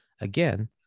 Again